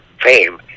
fame